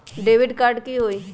Debit card की होई?